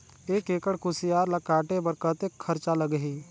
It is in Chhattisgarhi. एक एकड़ कुसियार ल काटे बर कतेक खरचा लगही?